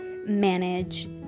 Manage